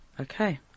Okay